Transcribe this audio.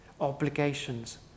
obligations